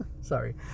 sorry